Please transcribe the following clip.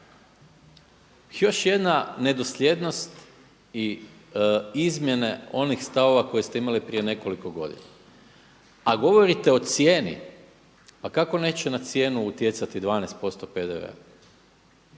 Još jedna nedosljednost i izmjene onih stavova koje ste imali prije nekoliko godina, a govorite o cijeni, pa kako neće na cijenu utjecati 12% PDV-a.